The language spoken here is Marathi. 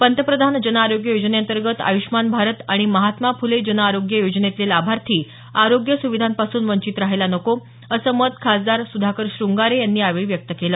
पंतप्रधान जनआरोग्य योजनेंतर्गत आय्ष्यमान भारत आणि महात्मा फुले जनआरोग्य योजनेतले लाभार्थी आरोग्य सुविधांपासून वंचित राहायला नको असं मत खासदार सुधाकर श्रंगारे यांनी यावेळी व्यक्त केलं